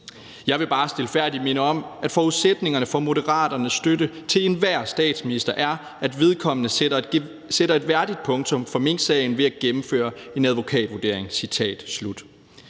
»Jeg vil bare stilfærdigt minde om, at forudsætningen for Moderaternes støtte til enhver statsminister er, at vedkommende sætter et værdigt punktum for Minksagen ved at gennemføre en advokatvurdering.«